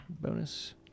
bonus